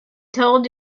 told